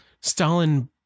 Stalin